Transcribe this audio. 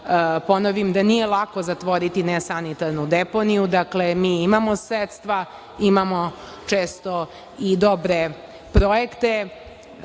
ponovim da nije lako zatvoriti nesanitarnu deponiju. Dakle, mi imamo sredstva, imamo često i dobre projekte,